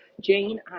Jane